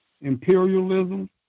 Imperialism